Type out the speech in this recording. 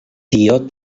tio